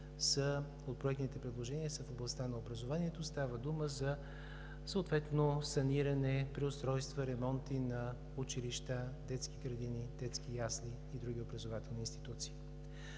от проектните предложения са в областта на образованието. Става дума за саниране, преустройства, ремонти на училища, детски градини, детски ясли и други образователни институции.